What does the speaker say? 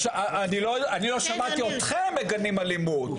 אני לא שמעתי אתכם מגנים אלימות,